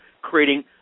creating